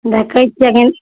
देखै छिए अखन